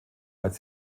als